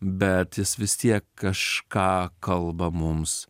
bet jis vis tiek kažką kalba mums